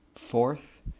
Fourth